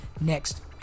next